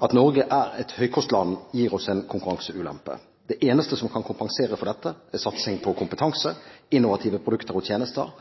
At Norge er et høykostland, gir oss en konkurranseulempe. Det eneste som kan kompensere for dette, er satsing på kompetanse, innovative produkter og tjenester,